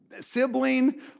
Sibling